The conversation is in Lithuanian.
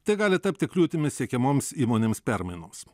tai gali tapti kliūtimi siekiamoms įmonėms permainoms